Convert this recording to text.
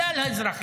את כלל האזרחים.